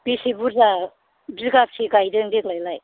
बेसे बुरजा बिघाबसे गायदों देग्लायलाय